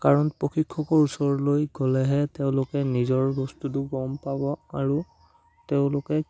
কাৰণ প্ৰশিক্ষকৰ ওচৰলৈ গ'লেহে তেওঁলোকে নিজৰ বস্তুটো গম পাব আৰু তেওঁলোকে